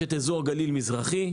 יש את אזור הגליל המזרחי,